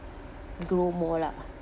grow more lah